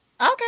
Okay